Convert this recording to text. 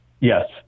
Yes